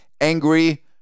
angry